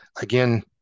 Again